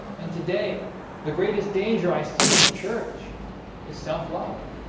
and today the greatest danger i see in the church is self-love